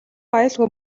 аюулгүй